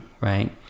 right